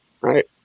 Right